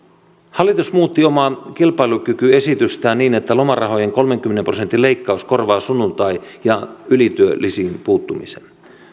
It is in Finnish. hallitus muutti omaa kilpailukykyesitystään niin että lomarahojen kolmenkymmenen prosentin leik kaus korvaa sunnuntai ja ylityölisiin puuttumisen